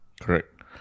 Correct